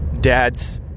Dads